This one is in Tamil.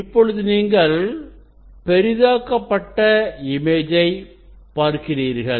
இப்பொழுது நீங்கள் பெரிதாக்கப்பட்ட இமேஜை பார்க்கிறீர்கள்